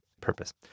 purpose